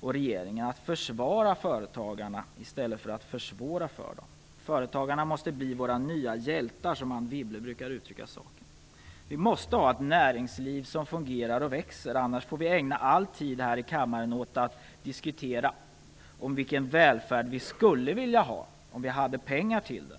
och regeringen blir därför att försvara företagarna i stället för att försvåra för dem. Företagarna måste bli våra nya hjältar, som Anne Wibble brukar uttrycka saken. Vi måste ha ett näringsliv som fungerar och växer - annars får vi ägna all tid här i kammaren åt att diskutera vilken välfärd vi skulle vilja ha om vi hade pengar till det.